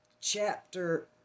chapter